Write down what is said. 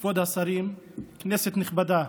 כבוד השרים, כנסת נכבדה,